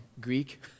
Greek